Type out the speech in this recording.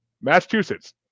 Massachusetts